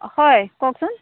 হয় কওকচোন